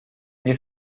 nie